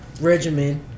regimen